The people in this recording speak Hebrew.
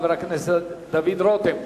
חבר הכנסת דודו רותם.